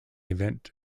event